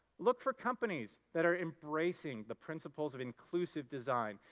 look for companies that are embracing the principles of inclusive design,